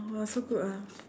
!wah! so good ah